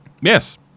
Yes